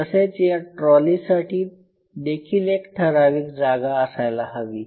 तसेच या ट्रॉलीसाठी देखील एक ठराविक जागा असायला हवी